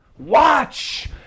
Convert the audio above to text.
Watch